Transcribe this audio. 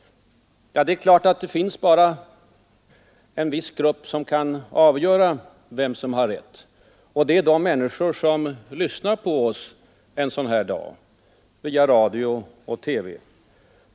Ja, det är klart att det bara finns en grupp som kan avgöra vem som har rätt. Det är de människor som lyssnar på oss en sådan här dag, via radio och TV.